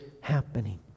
happening